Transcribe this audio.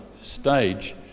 stage